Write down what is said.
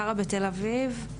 גרה בתל אביב,